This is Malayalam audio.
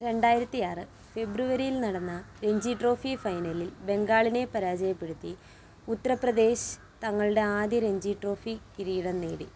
രണ്ടായിരത്തി ആറ് ഫെബ്രുവരിയിൽ നടന്ന രഞ്ജി ട്രോഫി ഫൈനലിൽ ബംഗാളിനെ പരാജയപ്പെടുത്തി ഉത്തർപ്രദേശ് തങ്ങളുടെ ആദ്യ രഞ്ജി ട്രോഫി കിരീടം നേടി